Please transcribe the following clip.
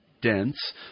dense